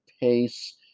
Pace